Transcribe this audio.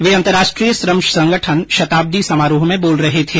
वे अंतर्राष्ट्रीय श्रम संगठन शताब्दी समारोह में बोल रहे थे